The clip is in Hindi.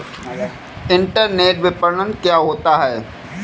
इंटरनेट विपणन क्या होता है?